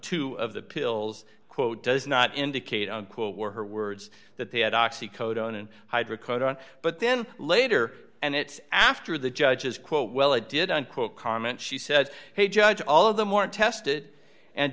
two of the pills quote does not indicate unquote were her words that they had oxy code on and hydrocodone but then later and it after the judge's quote well i did unquote comment she said hey judge all of them weren't tested and